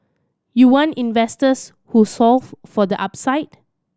you want investors who solve for the upside